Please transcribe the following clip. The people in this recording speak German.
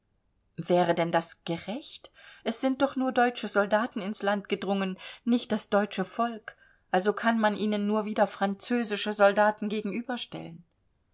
wäre denn das gerecht es sind doch nur deutsche soldaten ins land gedrungen nicht das deutsche volk also kann man ihnen nur wieder französische soldaten gegenüberstellen